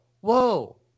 whoa